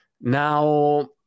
now